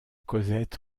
cosette